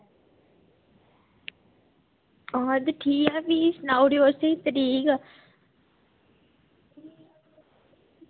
हां दिक्खियै फ्ही सनाउड़ेओ असेंगी तरीक